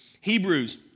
Hebrews